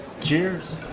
cheers